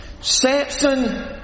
Samson